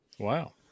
Wow